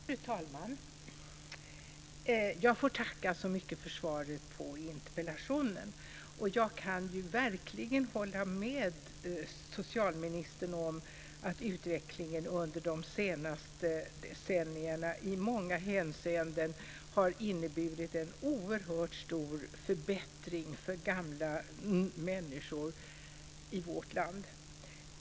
Fru talman! Jag får tacka så mycket för svaret på interpellationen. Jag kan verkligen hålla med socialministern om att utvecklingen under de senaste decennierna i många hänseenden har inneburit en oerhört stor förbättring för gamla människor i vårt land.